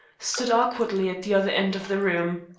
stood awkwardly at the other end of the room.